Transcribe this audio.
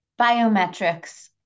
Biometrics